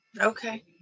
Okay